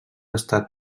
estat